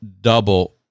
double